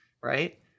right